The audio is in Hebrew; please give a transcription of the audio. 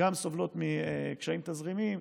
הסובלות מקשיים תזרימיים.